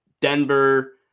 Denver